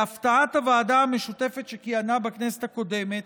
להפתעת הוועדה המשותפת שכיהנה בכנסת הקודמת,